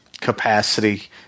capacity